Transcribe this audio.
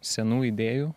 senų idėjų